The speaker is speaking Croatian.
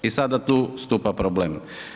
I sada tu stupa problem.